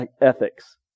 ethics